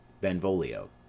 Benvolio